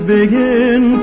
begin